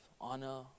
honor